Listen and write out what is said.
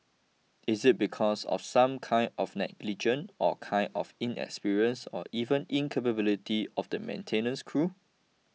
is it because of some kind of negligence or kind of inexperience or even incapability of the maintenance crew